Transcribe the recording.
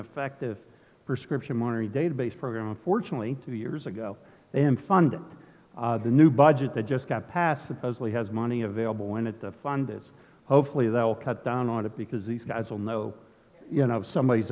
effective for scripture money database program unfortunately two years ago and fund the new budget that just got passed supposedly has money available when at the fund is hopefully that will cut down on it because these guys will know you know somebody